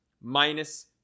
minus